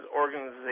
organization